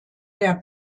der